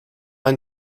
ein